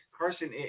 Carson